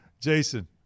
Jason